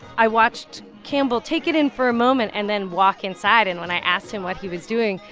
i watched campbell take it in for a moment and then walk inside. and when i asked him what he was doing,